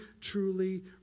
truly